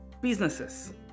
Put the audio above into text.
businesses